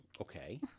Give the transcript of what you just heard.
okay